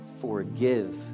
forgive